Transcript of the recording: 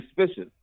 suspicious